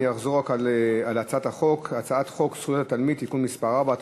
אני אחזור רק על הצעת החוק: הצעת חוק זכויות התלמיד (תיקון מס' 4),